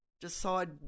decide